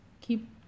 keep